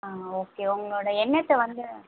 ஆ okay உங்களோடய எண்ணத்தை வந்து